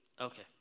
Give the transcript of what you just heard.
Okay